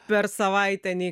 per savaitę nei